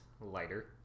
lighter